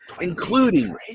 including